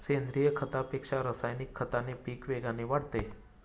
सेंद्रीय खतापेक्षा रासायनिक खताने पीक वेगाने वाढते